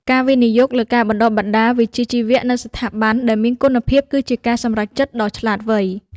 ការវិនិយោគលើការបណ្តុះបណ្តាលវិជ្ជាជីវៈនៅស្ថាប័នដែលមានគុណភាពគឺជាការសម្រេចចិត្តដ៏ឆ្លាតវៃ។